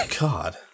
God